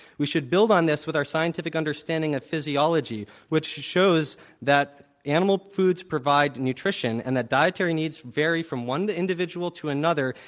we should build on this with our scientific understanding of physiology which shows that animal foods provide nutrition and that dietary needs vary from one individual to another,